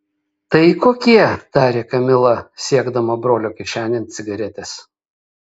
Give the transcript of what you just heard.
tai kokie tarė kamila siekdama brolio kišenėn cigaretės